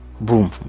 boom